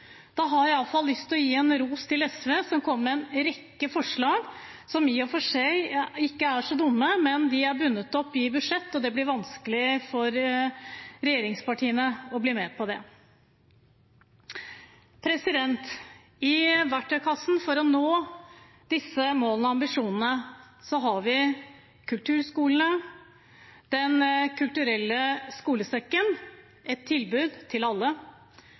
Da har jeg i hvert fall lyst til å gi ros til SV, som kommer med en rekke forslag som i og for seg ikke er så dumme, men de er bundet opp i budsjett, og det blir vanskelig for regjeringspartiene å bli med på. I verktøykassen for å nå disse målene og ambisjonene har vi kulturskolene og Den kulturelle skolesekken – et tilbud til alle.